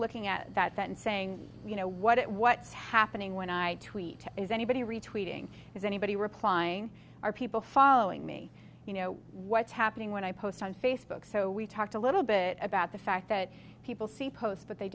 looking at that that and saying you know what it what's happening when i tweet is anybody re tweeting is anybody replying are people following me you know what's happening when i post on facebook so we talked a little bit about the fact that people see posts but they